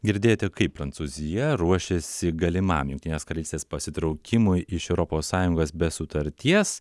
girdėjote kaip prancūzija ruošiasi galimam jungtinės karalystės pasitraukimui iš europos sąjungos be sutarties